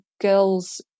girls